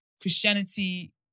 Christianity